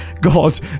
god